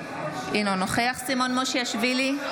אינו נוכח סימון מושיאשוילי,